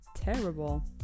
terrible